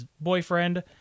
boyfriend